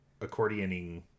accordioning